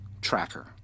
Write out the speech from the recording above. tracker